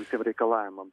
visiem reikalavimam